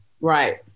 Right